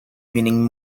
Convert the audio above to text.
winning